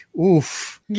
oof